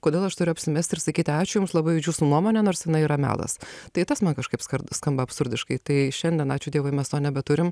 kodėl aš turiu apsimesti ir sakyti ačiū jums labai už jūsų nuomonę nors jinai yra melas tai tas man kažkaip skamba absurdiškai tai šiandien ačiū dievui mes to nebeturim